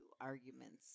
arguments